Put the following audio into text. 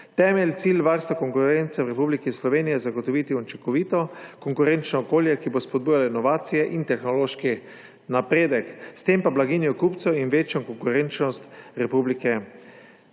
Temeljni cilj varstva konkurence v Republiki Sloveniji je zagotoviti učinkovito konkurenčno okolje, ki bo spodbujalo inovacije in tehnološki napredek, s tem pa blaginjo kupcev in večjo konkurenčnost Republike